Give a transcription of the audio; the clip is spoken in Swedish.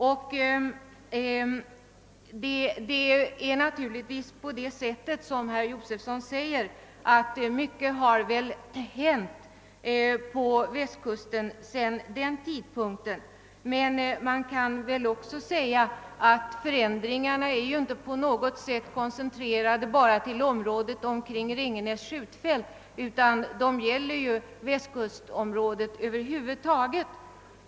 Mycket har väl, som herr Josefsson sade, hänt på västkusten sedan dess, men förändringarna är ju inte på något sätt koncentrerade till området kring Ringenäs skjutfält, utan de omfattar västkustområdet över huvud taget.